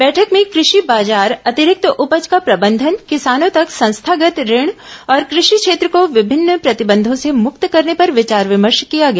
बैठक में कृषि बाजार अतिरिक्त उपज का प्रबंधन किसानो तक संस्थागत ऋण और कृषि क्षेत्र को विभिन्न प्रतिबंधों से मुक्त करने पर विचार विमर्श किया गया